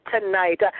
tonight